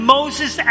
Moses